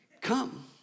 Come